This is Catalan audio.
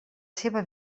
seva